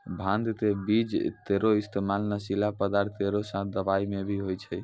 भांग क बीज केरो इस्तेमाल नशीला पदार्थ केरो साथ दवाई म भी होय छै